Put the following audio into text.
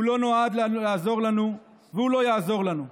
הוא לא נועד לעזור לנו והוא לא יעזור לנו.